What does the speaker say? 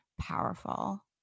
powerful